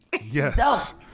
yes